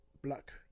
black